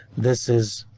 this is.